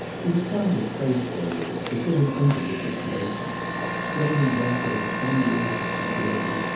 he was trying to place gregory, to fit him into the situation straining back over ten years of security,